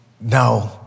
No